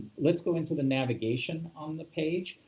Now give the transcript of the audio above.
let's go into the navigation on the page,